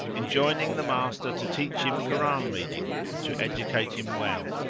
enjoining the master to teach him koran-reading, and to educate him well.